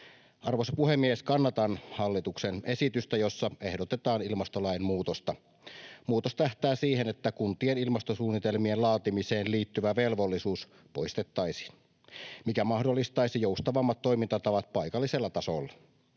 Arvoisa puhemies! Kannatan hallituksen esitystä, jossa ehdotetaan ilmastolain muutosta. Muutos tähtää siihen, että kuntien ilmastosuunnitelmien laatimiseen liittyvä velvollisuus poistettaisiin, mikä mahdollistaisi joustavammat toimintatavat paikallisella tasolla.